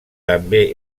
també